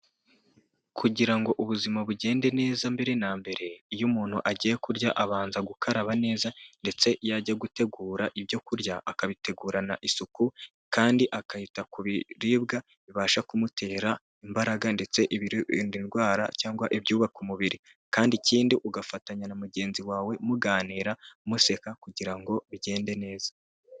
Kugira ngo ubuzima bugende neza mbere na mbere, iyo umuntu agiye kurya abanza gukaraba neza, ndetse yajya gutegura ibyo kurya, akabitegurana isuku, kandi akita ku biribwa bibasha kumutera imbaraga, ndetse ibirinda indwara, cyangwa ibyubaka umubiri. Kandi ikindi, ugafatanya na mugenzi wawe muganira, museka, kugira ngo bigende neza.